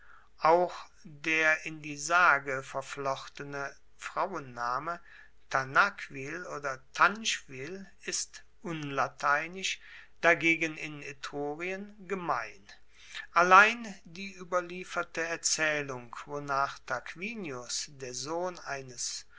auch der in die sage verflochtene frauenname tanaquil oder tanchvil ist unlateinisch dagegen in etrurien gemein allein die ueberlieferte erzaehlung wonach tarquinius der sohn eines